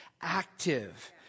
active